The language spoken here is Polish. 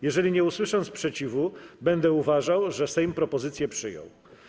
Jeżeli nie usłyszę sprzeciwu, będę uważał, że Sejm propozycję przyjął.